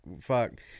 fuck